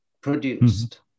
produced